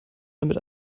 damit